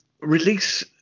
release